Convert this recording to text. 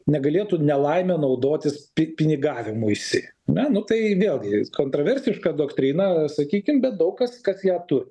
negalėtų nelaime naudotis pi pinigavimuisi ane nu tai vėlgi kontroversiška doktrina sakykim bet daug kas kas ją tu